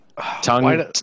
tongue